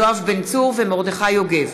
יואב בן צור ומרדכי יוגב